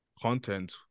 content